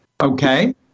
Okay